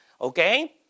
Okay